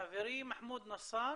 חברי, מחמוד נסאר.